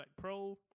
pro